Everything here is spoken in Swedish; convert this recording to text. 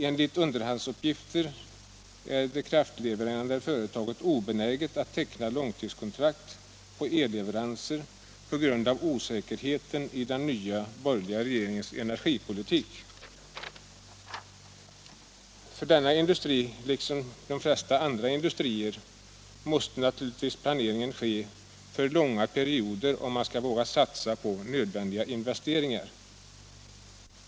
Enligt underhandsuppgifter är det kraftlevererande företaget obenäget att teckna långtidskontrakt på elleveranser på grund av osäkerheten i den nya regeringens energipolitik. För denna industri, liksom de allra flesta andra industrier, måste naturligtvis planeringen ske för långa perioder om man skall våga satsa på nödvändiga investeringar.